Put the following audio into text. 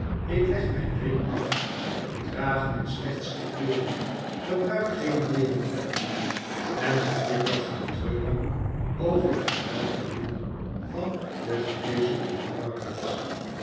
ik leg mijn ring af draag mijn slechtste kleeren gebruik geen berehvet meer en zit dikwijls te treuren over de verwelkte bloem van de gewezen juffrouw